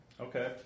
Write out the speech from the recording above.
Okay